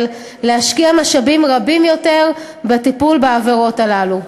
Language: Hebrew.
להשקיע משאבים רבים יותר בטיפול בעבירות הללו.